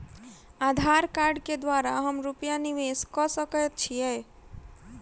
आधार कार्ड केँ द्वारा हम रूपया निवेश कऽ सकैत छीयै?